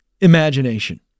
imagination